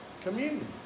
communion